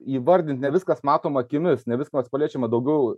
įvardint ne viskas matoma akimis ne viskas paliečiama daugiau